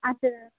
আচ্ছা রাখ